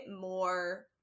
more